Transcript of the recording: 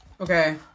Okay